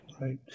Right